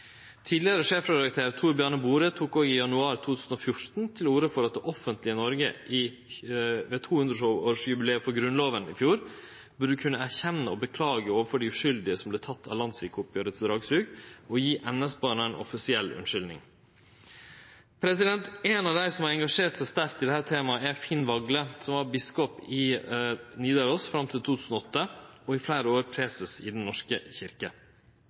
Tidlegare sjefredaktør Thor Bjarne Bore tok i januar 2014 til orde for at det offentlege Noreg i 2014 ved 200-årsjubileet for Grunnlova burde kunne erkjenne og beklage overfor dei uskuldige som vart tekne av dragsuget etter landssvikoppgjeret, og gje NS-barna ei offisiell orsaking. Ein av dei som har engasjert seg sterkt i dette temaet, er Finn Wagle, som var biskop i Nidaros fram til 2008 og i fleire år preses i Den norske